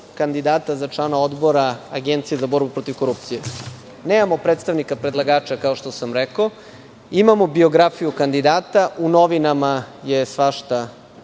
kandidata za člana Odbora Agencije za borbu protiv korupcije. Nemamo predstavnika predlagača, kao što sam rekao, imamo biografiju kandidata. U novinama je svašta